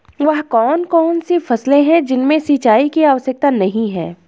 वह कौन कौन सी फसलें हैं जिनमें सिंचाई की आवश्यकता नहीं है?